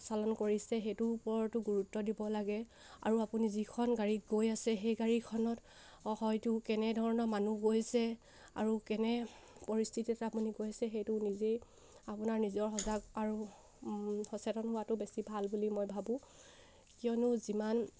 চালন কৰিছে সেইটোৰ ওপৰতো গুৰুত্ব দিব লাগে আৰু আপুনি যিখন গাড়ীত গৈ আছে সেই গাড়ীখনত হয়তো কেনেধৰণৰ মানুহ গৈছে আৰু কেনে পৰিস্থিতিতে আপুনি গৈছে সেইটো নিজেই আপোনাৰ নিজৰ সজাগ আৰু সচেতন হোৱাটো বেছি ভাল বুলি মই ভাবোঁ কিয়নো যিমান